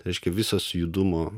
reiškia visas judumo